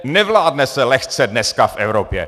Nevládne se lehce dneska v Evropě.